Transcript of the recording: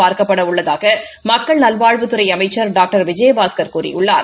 பார்க்கப்பட உள்ளதாக மக்கள் நல்வாழ்வுத்துறை அமைச்சர் டாக்டர் விஜயபாஸ்கள் கூறியுள்ளார்